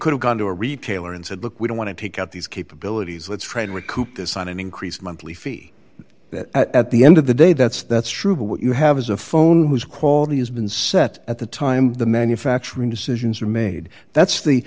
could have gone to a retailer and said look we don't want to take out these capabilities let's try to recoup this on an increased monthly fee that at the end of the day that's that's true but what you have is a phone whose quality has been set at the time the manufacturing decisions are made that's the